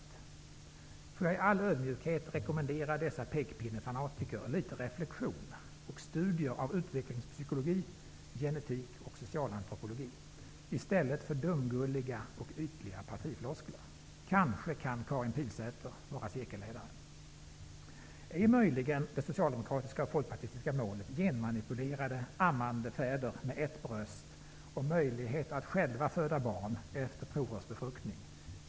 Jag vill i all ödmjukhet rekommendera dessa pekpinnefanatiker litet reflexion och studier av utvecklingspsykologi, genetik och socialantropologi, i stället för dumgulliga och ytliga partifloskler. Kanske kan Karin Pilsäter vara cirkelledare? Är möjligen Socialdemokraternas och Folkpartiets mål genmanipulerade, ammande fäder med ett bröst och möjlighet att själva föda barn efter provrörsbefruktning?